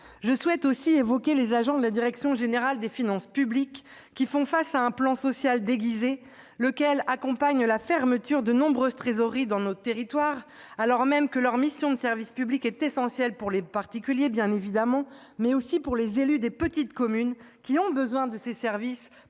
Je souhaite aussi évoquer les agents de la direction générale des finances publiques, qui font face à un plan social déguisé accompagnant la fermeture de nombreuses trésoreries dans nos territoires, alors même que la mission de service public de celles-ci est essentielle pour les particuliers, mais aussi pour les élus des petites communes qui ont besoin de ces services,